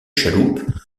chaloupe